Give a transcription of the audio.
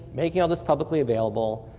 making all this publicly available.